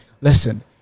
listen